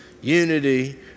unity